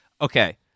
Okay